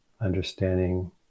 understanding